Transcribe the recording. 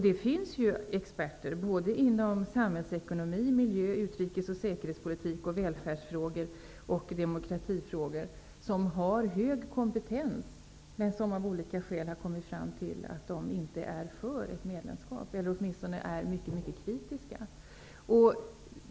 Det finns experter inom samhällsekonomi, utrikesoch säkerhetspolitik, välfärdsfrågor och demokratifrågor som har hög kompetens, men som av olika skäl har kommit fram till att de inte är för ett medlemskap, eller att de åtminstone är mycket kritiska.